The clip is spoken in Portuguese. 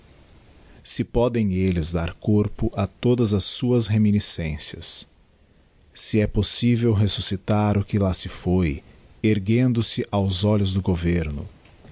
se podem elles dar corpo a todas as suas reminiscencias se é possivel resuscitar o que lá se foi erguendo-se aos olhos do governo